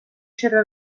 چرا